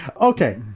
Okay